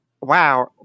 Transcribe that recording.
wow